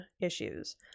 issues